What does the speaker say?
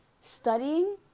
studying